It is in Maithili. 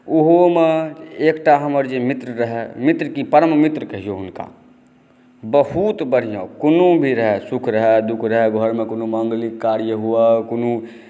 ओहोमे एकटा हमर जे मित्र रहै मित्र की परम मित्र कहिऔ हुनका बहुत बढ़िऑं कोनो भी रहै सुख रहै दुःख रहै घरमे कोनो माङ्गलिक कार्य हुए कोनो